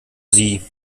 sie